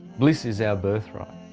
bliss is our birthright.